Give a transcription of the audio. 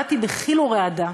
באתי בחיל ורעדה,